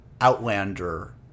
Outlander